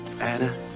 anna